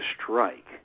strike